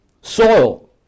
Soil